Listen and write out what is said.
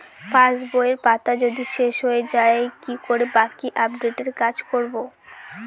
পাসবইয়ের পাতা যদি শেষ হয়ে য়ায় কি করে বাকী আপডেটের কাজ করব?